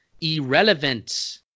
irrelevant